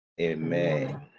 Amen